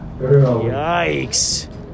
Yikes